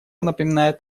напоминает